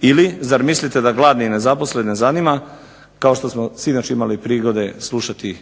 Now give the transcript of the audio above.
ili mislite da gladne i nezaposlene zanima kao što smo sinoć imali prigode slušati